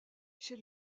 chez